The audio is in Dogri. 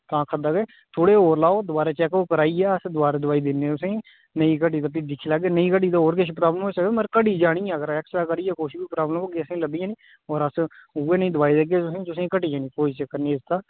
तां आखा दा के थोड़े होर लाओ दवारा चेकअप कराइयै अस दोबारा दवाई दिन्ने तुसेंगी नेई घटी ते फ्ही दिक्खी लैगे नेईं घटी ते होर किश प्राब्लम होई सकदी मगर घटी जानी ऐ अगर ऐक्स्ट्रा करिये किश बी प्राब्लम असेंगी लब्बी जानी ऐ होर अस उ'यै नेही दवाई देगे तुसें तुसें घटी जानी कोई चक्कर निं इसदा